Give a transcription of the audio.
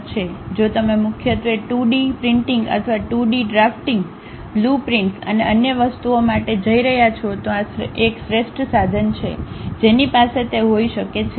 જો તમે મુખ્યત્વે 2 ડી પ્રિન્ટિંગ અથવા 2 ડી ડરાફ્ટિંગ બ્લુપ્રિન્ટ્સ અને અન્ય વસ્તુઓ માટે જઇ રહ્યા છો તો આ એક શ્રેષ્ઠ સાધન છે જેની પાસે તે હોઈ શકે છે